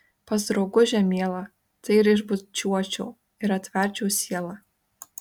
pas draugužę mielą tai ir išbučiuočiau ir atverčiau sielą